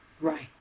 right